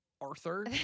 Arthur